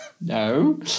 No